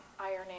ironing